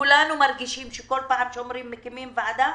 כולנו מרגישים שכל פעם שמקימים ועדה